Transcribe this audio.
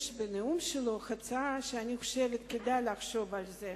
יש בנאום שלו הצעה שכדאי לחשוב עליה: